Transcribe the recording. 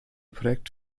projekt